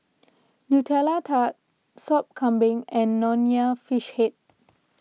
Nutella Tart Sop Kambing and Nonya Fish Head